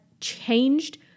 changed